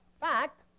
fact